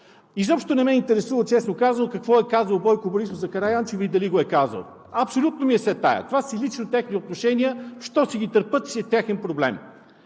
Изобщо не ме интересува, честно казано, какво е казал Бойко Борисов за Караянчева и дали го е казал. Абсолютно ми е все тая – това са си лично техни отношения, а що си ги търпят, си е техен проблем.